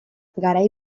garai